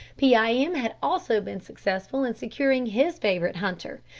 pee-eye-em had also been successful in securing his favourite hunter,